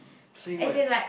say what